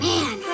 Man